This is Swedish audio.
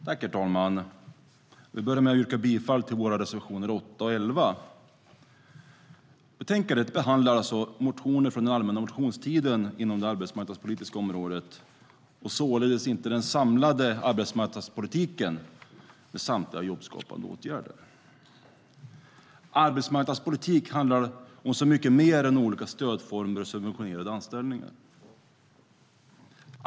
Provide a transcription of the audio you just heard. Herr talman! Jag börjar med att yrka bifall till våra reservationer 8 och 11. Arbetsmarknadspolitik handlar om så mycket mer än olika stödformer och subventionerade anställningar.